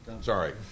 Sorry